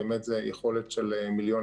זו יכולת של מיליונים,